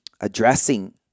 addressing